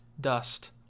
dust